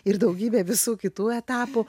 ir daugybė visų kitų etapų